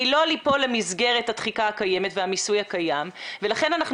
לא ליפול למסגרת התחיקה הקיימת והמיסוי הקיים ולכן אנחנו